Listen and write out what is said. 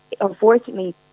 unfortunately